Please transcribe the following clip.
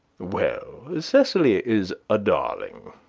well, cecily is a darling.